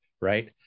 right